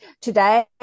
today